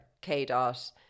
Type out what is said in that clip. K-Dot